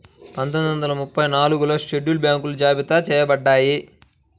పందొమ్మిది వందల ముప్పై నాలుగులో షెడ్యూల్డ్ బ్యాంకులు జాబితా చెయ్యబడ్డాయి